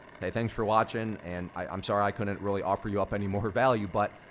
hey, thanks for watching, and i'm sorry, i couldn't really offer you up any more value, but,